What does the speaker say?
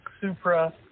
Supra